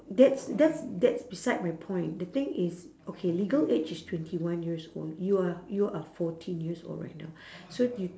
that's that's that's beside my point the thing is okay legal age is twenty one years old you are you are fourteen years old right now so you